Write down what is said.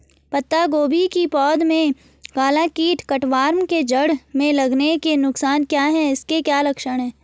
पत्ता गोभी की पौध में काला कीट कट वार्म के जड़ में लगने के नुकसान क्या हैं इसके क्या लक्षण हैं?